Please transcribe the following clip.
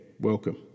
Welcome